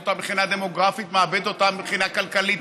מאבדת אותה מבחינה דמוגרפית,